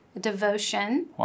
devotion